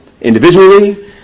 Individually